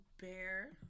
Bear